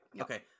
okay